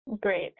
Great